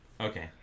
Okay